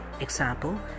Example